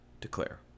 declare